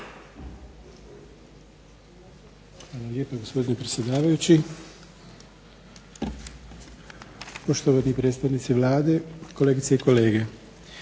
Hvala lijepo gospodine predsjedavajući. Poštovani predstavnici Vlade, kolegice i kolege.